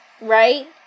right